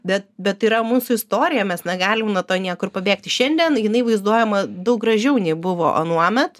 bet bet yra mūsų istorija mes negalim nuo to niekur pabėgti šiandien jinai vaizduojama daug gražiau nei buvo anuomet